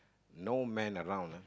no man around